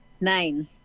Nine